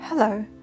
Hello